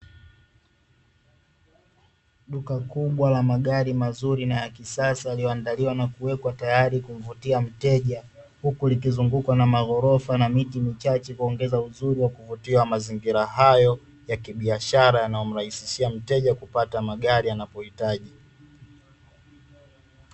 Duka kubwa la magari mazuri na ya kisasa yaliyoandaliwa na kuwekwa tayari kumvutia mteja, huku likizungukwa na maghorofa na miti michache kuongeza uzuri wa kuvutia wa mazingira hayo ya kibiashara yanayomrahisishia mteja kupata magari anapohitaji.